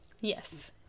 Yes